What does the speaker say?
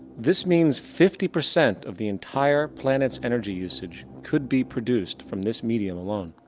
this means fifty percent of the entire planet's energy usage could be produced from this medium alone.